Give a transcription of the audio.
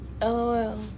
LOL